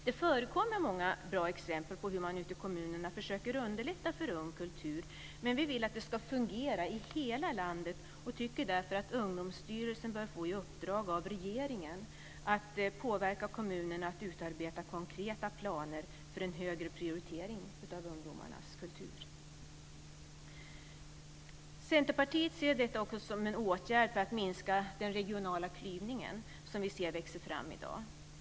Det förekommer många bra exempel på hur man ute i kommunerna försöker underlätta för ung kultur. Men vi vill att det ska fungera i hela landet och tycker därför att Ungdomsstyrelsen bör få i uppdrag av regeringen att påverka kommunerna att utarbeta konkreta planer för en högre prioritering av ungdomars kultur. Centerpartiet ser detta också som en åtgärd för att minska den regionala klyvningen som vi ser växer fram i dag.